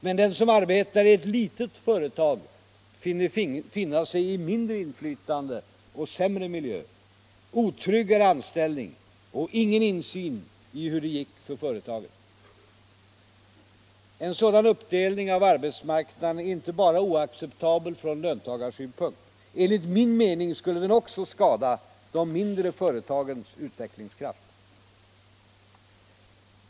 Men den som arbetar i ett litet företag finge finna sig i mindre inflytande och sämre miljö, otryggare anställning och ingen insyn i hur det gick för företaget. En sådan uppdelning av arbetsmarknaden är inte bara oacceptabel från löntagarsynpunkt. Enligt min mening skulle den också skada de mindre företagens utvecklingskraft.